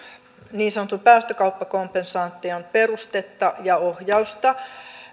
niin sanotun päästökauppakompensaation perustetta ja ohjausta